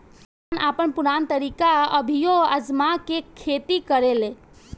किसान अपन पुरान तरीका अभियो आजमा के खेती करेलें